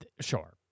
Sure